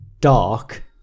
dark